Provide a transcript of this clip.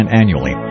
annually